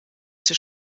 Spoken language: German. zur